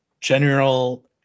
General